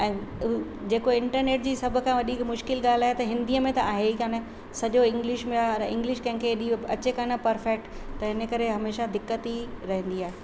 ऐं जेको इंटरनेट जी सभ खां वॾी हिकु मुश्किल ॻाल्हि आहे त हिंदीअ में त आहे ई कोन सॼो इंग्लिश में आहे और इंग्लिश कंहिंखे अहिड़ी हो अचे कोन परफेक्ट त हिन करे हमेशह दिक़त ई रहंदी आहे